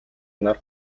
нар